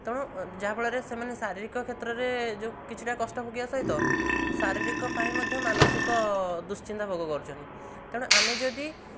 ତେଣୁ ଯାହାଫଳରେ ସେମାନେ ଶାରୀରିକ କ୍ଷେତ୍ରରେ ଯେଉଁ କିଛିଟା କଷ୍ଟ ଭୋଗିବା ସହିତ ଶାରୀରିକ ପାଇଁ ମଧ୍ୟ ମାନସିକ ଦୁଶ୍ଚିନ୍ତା ଭୋଗ କରୁଛନ୍ତି ତେଣୁ ଆମେ ଯଦି